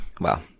Wow